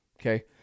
Okay